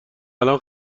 الان